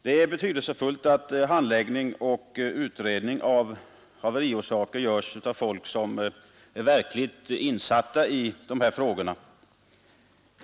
Det är betydelsefullt att handläggningen av ärenden om sådana olyckor och utredningarna om haveriernas orsaker sköts av människor som är väl insatta i dessa ting.